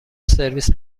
سرویس